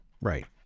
right